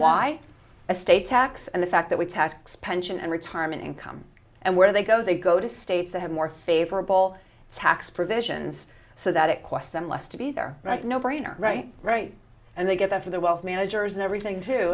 why a state tax and the fact that we tax pension and retirement income and where they go they go to states that have more favorable tax provisions so that it costs them less to be there right no brainer right right and they get that for the wealth managers and everything to